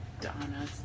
donna